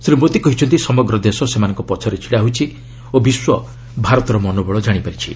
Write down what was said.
ଶ୍ରୀ ମୋଦି କହିଛନ୍ତି ସମଗ୍ର ଦେଶ ସେମାନଙ୍କ ପଛରେ ଛିଡା ହୋଇଛି ଓ ବିଶ୍ୱ ଭାରତର ମନୋବଳ ଜାଣିପାରିଛି